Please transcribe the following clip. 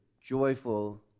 joyful